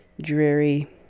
dreary